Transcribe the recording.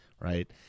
right